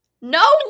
No